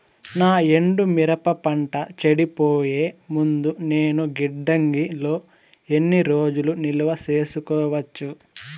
నా ఎండు మిరప పంట చెడిపోయే ముందు నేను గిడ్డంగి లో ఎన్ని రోజులు నిలువ సేసుకోవచ్చు?